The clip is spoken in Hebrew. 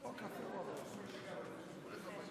ולהלן